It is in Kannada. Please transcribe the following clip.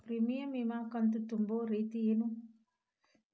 ಪ್ರೇಮಿಯಂ ವಿಮಾ ಕಂತು ತುಂಬೋ ರೇತಿ ಏನು?